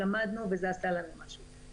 למדנו וזה עשה לנו משהו.